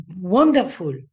wonderful